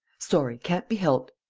sorry, can't be helped!